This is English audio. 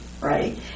right